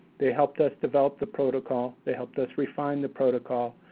they helped us develop the protocol, they helped us refine the protocol,